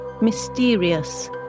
mysterious